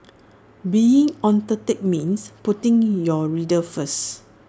being authentic means putting your readers first